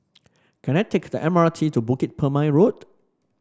can I take the M R T to Bukit Purmei Road